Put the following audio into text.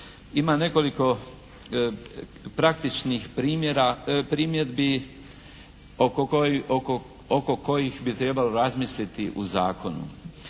Ima nekoliko praktičnih primjedbi oko kojih bi trebalo razmisliti u zakonu.